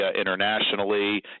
internationally